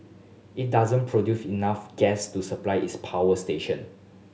it doesn't enough gas to supply its power station